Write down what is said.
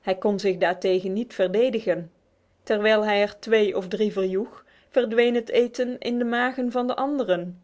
hij kon zich daartegen niet verdedigen terwijl hij er twee of drie verjoeg verdween het eten in de magen der anderen